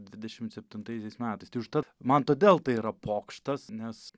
dvidešimt septintaisiais metais tai užtat man todėl tai yra pokštas nes